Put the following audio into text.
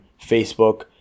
Facebook